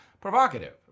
provocative